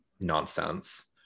nonsense